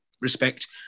Respect